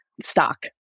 stock